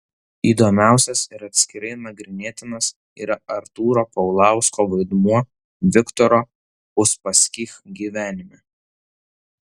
įdomiausias ir atskirai nagrinėtinas yra artūro paulausko vaidmuo viktoro uspaskich gyvenime